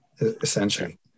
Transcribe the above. essentially